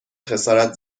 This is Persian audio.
خسارت